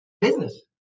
business